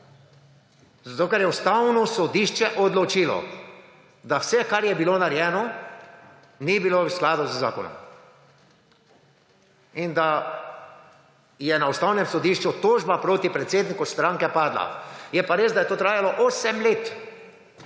ker je Ustavno sodišče odločilo, da vse, kar je bilo narejeno, ni bilo v skladu z zakonom in da je na Ustavnem sodišču tožba proti predsedniku stranke padla. Je pa res, da je to trajalo osem let.